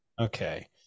okay